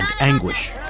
anguish